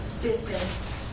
distance